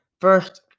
First